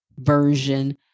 Version